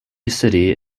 city